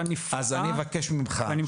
ביטחוניות ובתאונות דרכים אין תיעדוף